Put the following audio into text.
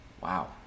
Wow